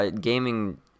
gaming